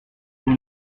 vous